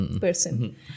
person